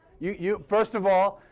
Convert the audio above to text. you, you-first of all,